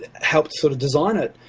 helped sort of design it.